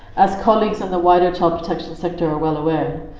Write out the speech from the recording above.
as colleagues and the wider child protection sector are well aware,